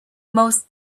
most